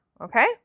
okay